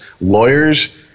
Lawyers